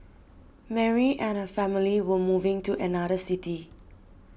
Mary and her family were moving to another city